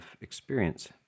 experience